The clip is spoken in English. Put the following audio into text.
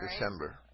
December